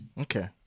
Okay